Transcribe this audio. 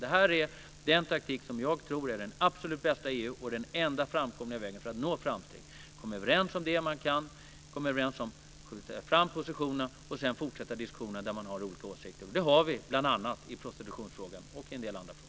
Det är den taktik som jag tror är den absolut bästa i EU och den enda framkomliga vägen för att nå framsteg: komma överens om det man kan, flytta fram positionerna och sedan fortsätta diskussionerna om det man har olika åsikter om. Det har vi i prostitutionsfrågan och i en del andra frågor.